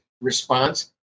response